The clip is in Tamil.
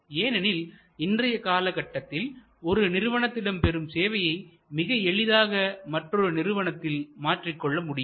ஏனெனில் இன்றைய காலகட்டத்தில் ஒரு நிறுவனத்திடமிருந்து பெறும் சேவையை மிக எளிதாக மற்றொரு நிறுவனத்தில் மாற்றிக்கொள்ள முடியும்